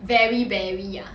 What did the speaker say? very berry ah